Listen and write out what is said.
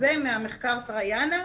וזה מהמחקר טריאנה,